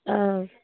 অঁ